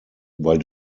weil